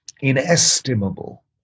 inestimable